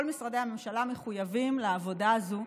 כל משרדי הממשלה מחויבים לעבודה הזו,